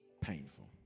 painful